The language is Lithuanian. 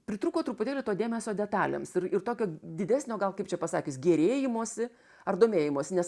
pritrūko truputėlį to dėmesio detalėms ir ir tokio didesnio gal kaip čia pasakius gėrėjimosi ar domėjimosi nes